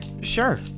Sure